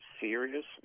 serious